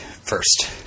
first